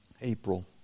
April